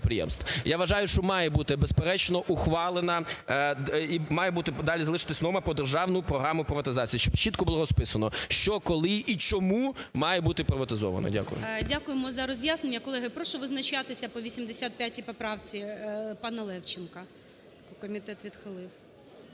Я вважаю, що має бути, безперечно, ухвалена і має бути подалі залишитися норма про державну програму приватизації. Щоб чітко було розписано, що, коли і чому має бути приватизовано. Дякую. ГОЛОВУЮЧИЙ. Дякуємо за роз'яснення. Колеги, прошу визначатися по 85 поправці пана Левченка. Комітет відхилив.